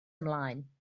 ymlaen